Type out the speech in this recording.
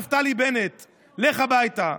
נפתלי בנט: לך הביתה.